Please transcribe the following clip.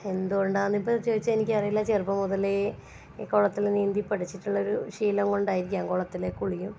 എന്തുകൊണ്ടാന്നിപ്പോൾ ചോദിച്ചാൽ എനിക്കറിയില്ല ചെറുപ്പം മുതലേ ഈ കുളത്തിൽ നീന്തി പഠിച്ചിട്ടുള്ള ഒരു ശീലം കൊണ്ടായിരിക്കാം കുളത്തിലെ കുളിയും